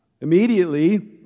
Immediately